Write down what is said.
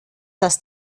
dass